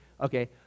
Okay